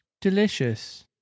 Delicious